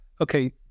okay